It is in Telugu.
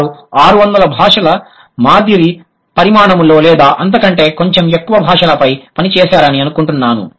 వారు 600 భాషల మాదిరి పరిమాణంతో లేదా అంతకంటే కొంచెం ఎక్కువ భాషలపై పని చేశారని అనుకుంటున్నాను